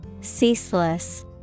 Ceaseless